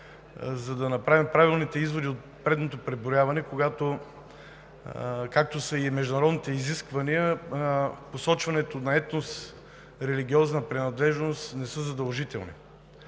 за да направим правилните изводи от предното преброяване, когато, както са и международните изисквания, посочването на етнос, религиозна принадлежност не са задължителни.